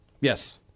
Yes